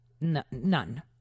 None